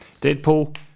Deadpool